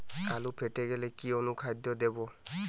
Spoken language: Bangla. আলু ফেটে গেলে কি অনুখাদ্য দেবো?